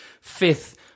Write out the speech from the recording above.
fifth